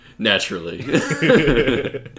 naturally